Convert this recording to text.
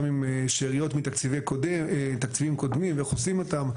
גם עם שאריות מתקציבים קודמים ואיך עושים אותם,